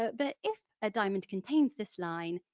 but but if a diamond contains this line,